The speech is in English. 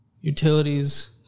utilities